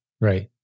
Right